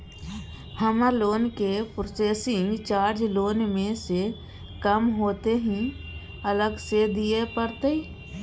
हमर लोन के processing charge loan म स कम होतै की अलग स दिए परतै?